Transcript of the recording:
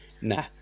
Nah